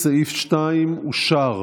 סעיף 2 אושר.